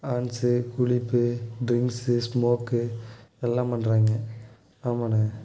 Hans cool lip drinks smoke எல்லாம் பண்றாங்க ஆமாண்ண